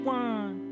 one